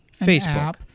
Facebook